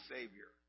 Savior